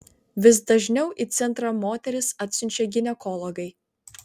vis dažniau į centrą moteris atsiunčia ginekologai